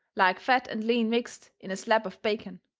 like fat and lean mixed in a slab of bacon.